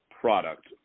product